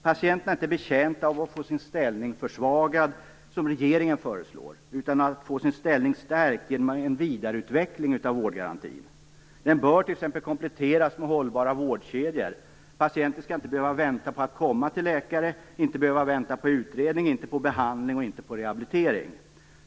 Patienterna är inte betjänta av att få sin ställning försvagad som regeringen föreslår, utan av att få sin ställning stärkt genom vidareutveckling av vårdgarantin. Den bör t.ex. kompletteras med hållbara vårdkedjor. Patienten skall inte behöva vänta på att komma till läkare, inte behöva vänta på utredning, behandling och rehabilitering.